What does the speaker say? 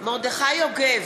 מרדכי יוגב,